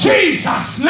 Jesus